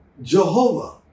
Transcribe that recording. Jehovah